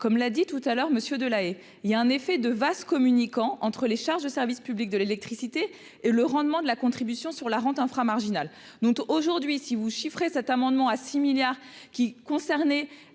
comme l'a dit tout à l'heure monsieur de La Haye, il y a un effet de vases communicants entre les charges de service public de l'électricité et le rendement de la contribution sur la rente infra- marginal dont aujourd'hui si vous chiffrez cet amendement à 6 milliards qui concerné